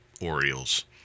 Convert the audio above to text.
Orioles